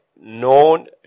known